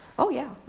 oh yeah.